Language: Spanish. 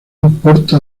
importa